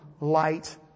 light